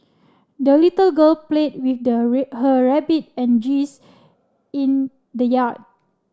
the little girl played with the her rabbit and geese in the yard